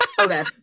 okay